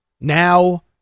now